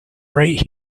right